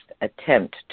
attempt